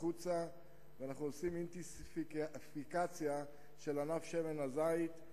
ואנחנו עושים אינטנסיפיקציה של ענף שמן הזית.